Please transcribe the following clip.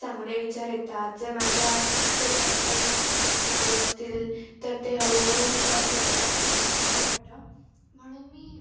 चांगले विचार येतात जर माझ्या डोक्यात काही विचार चालू असतील तर ते हळूहळू कमी होतात आणि मला बरं वाटतं म्हणून मी